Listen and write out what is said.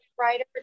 writer